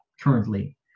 currently